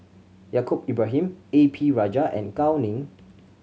Yaacob Ibrahim A P Rajah and Gao Ning